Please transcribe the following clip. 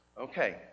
Okay